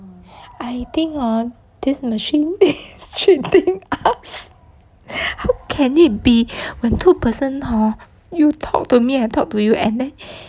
I think hor this machine is cheating us how can it be when two person hor you talk to me I talk to you and then